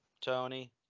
Tony